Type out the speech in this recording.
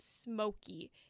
smoky